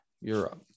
Europe